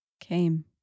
came